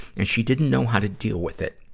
and she didn't know how to deal with it.